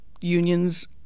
unions